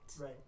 Right